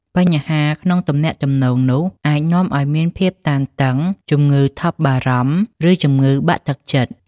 បញ្ហាក្នុងទំនាក់ទំនងនោះអាចនាំឱ្យមានភាពតានតឹង ជំងឺថប់បារម្ភ ឬជំងឺបាក់ទឹកចិត្ត។